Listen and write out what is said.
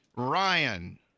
Ryan